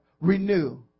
renew